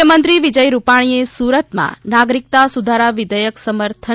મુખ્યમંત્રી વિજય રૂપાણીએ સુરતમાં નાગરિકતા સુધારા વિધેયક સમર્થન